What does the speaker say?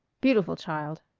beautiful child.